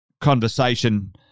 conversation